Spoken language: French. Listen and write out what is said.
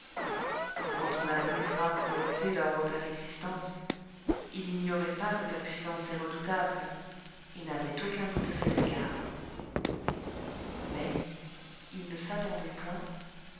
quand ton impénétrable volonté leur ôta l'existence ils n'ignoraient pas que ta puissance est redoutable et n'avaient aucun doute à cet égard mais ils ne s'attendaient point